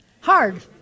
Hard